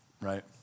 right